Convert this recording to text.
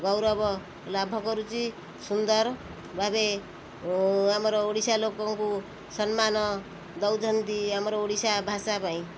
ଗୌରବ ଲାଭ କରୁଛି ସୁନ୍ଦର ଭାବେ ଆମର ଓଡ଼ିଶା ଲୋକଙ୍କୁ ସମ୍ମାନ ଦେଉଛନ୍ତି ଆମର ଓଡ଼ିଶା ଭାଷା ପାଇଁ